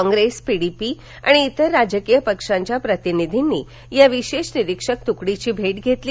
Congress PDP आणि इतर राजकीय पक्षांच्या प्रतिनिधींनी या विशेष निरीक्षक तुकडीची भेक्षेतली